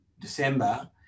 December